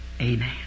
Amen